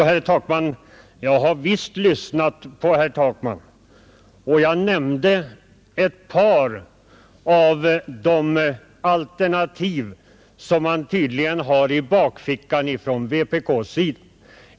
Herr talman! Jo, jag har visst lyssnat till herr Takman, och jag nämnde ett par av de alternativ som man tydligen har i bakfickan inom vpk.